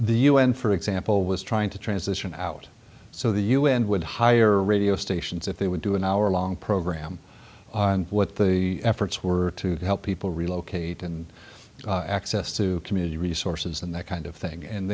the un for example was trying to transition out so the u n would hire radio stations if they would do an hour long program on what the efforts were to help people relocate and access to community resources and that kind of thing and